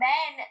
Men